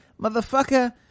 motherfucker